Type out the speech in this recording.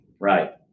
Right